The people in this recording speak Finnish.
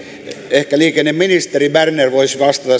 ehkä liikenneministeri berner voisi vastata